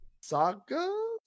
saga